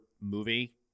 movie